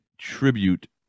tribute